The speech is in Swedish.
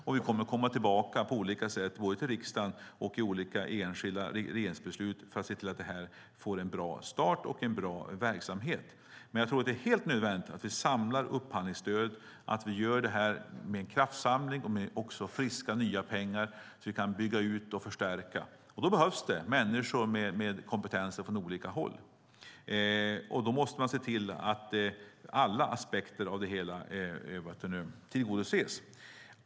Dels genom att komma tillbaka till riksdagen, dels genom enskilda regeringsbeslut kommer vi att se till att arbetet får en bra start och det blir en bra verksamhet. Jag tror att det är helt nödvändigt att vi samlar upphandlingsstödet. Vi gör en kraftsamling och tillför friska nya pengar för att på så sätt bygga ut och förstärka arbetet. Då behövs det människor med olika kompetenser. Alla aspekter måste tillgodoses.